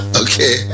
okay